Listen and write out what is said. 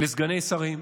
לסגני שרים,